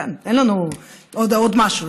אין לנו עוד משהו.